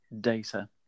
data